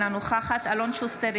אינה נוכחת אלון שוסטר,